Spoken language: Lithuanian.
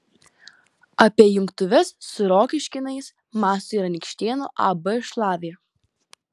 apie jungtuves su rokiškėnais mąsto ir anykštėnų ab šlavė